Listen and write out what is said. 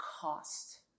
cost